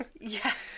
Yes